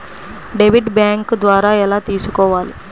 Debit bank ద్వారా ఎలా తీసుకోవాలి?